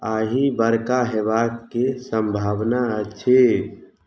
आइ बरखा होयबाक की सम्भावना अछि